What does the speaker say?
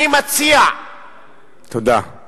אני מציע לשנות